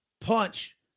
punch